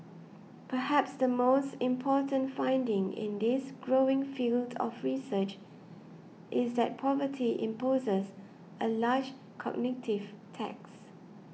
perhaps the most important finding in this growing field of research is that poverty imposes a large cognitive tax